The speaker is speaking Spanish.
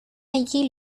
allí